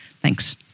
Thanks